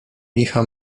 licha